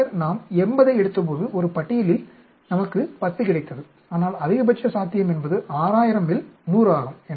பின்னர் நாம் 80 ஐ எடுத்தபோது ஒரு பட்டியலில் நமக்கு 10 கிடைத்தது ஆனால் அதிகபட்ச சாத்தியம் என்பது 6000 இல் 100 ஆகும்